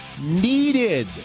needed